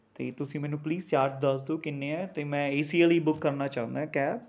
ਅਤੇ ਤੁਸੀਂ ਮੈਨੂੰ ਪਲੀਜ਼ ਚਾਰਜ਼ ਦੱਸ ਦਿਉ ਕਿੰਨੇ ਹੈ ਅਤੇ ਮੈਂ ਏ ਸੀ ਵਾਲੀ ਬੁੱਕ ਕਰਨਾ ਚਾਹੁੰਦਾ ਕੈਬ